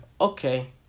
okay